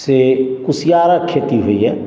से कोशियारक खेती होइया